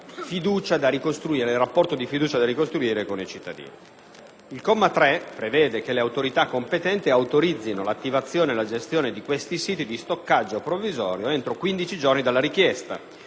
del rapporto di fiducia da ricostruire con i cittadini. Il comma 3 prevede che le autorità competenti autorizzino l'attivazione e la gestione di questi siti di stoccaggio provvisorio entro 15 giorni dalla richiesta,